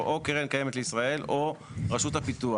או קרן קיימת לישראל, או רשות הפיתוח.